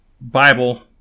Bible